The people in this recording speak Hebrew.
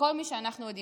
וכל מי שאנחנו יודעים.